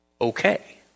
okay